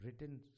written